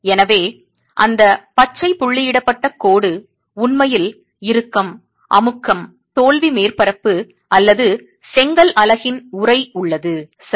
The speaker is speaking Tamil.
எனவே அந்த பச்சை புள்ளியிடப்பட்ட கோடு உண்மையில் இறுக்கம் அமுக்க தோல்வி மேற்பரப்பு அல்லது செங்கல் அலகின் உறை உள்ளது சரி